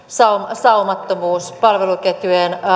saumattomuus palveluketjujen